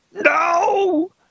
No